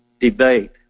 debate